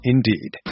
Indeed